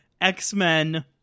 X-Men